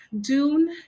Dune